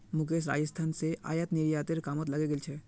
मुकेश राजस्थान स आयात निर्यातेर कामत लगे गेल छ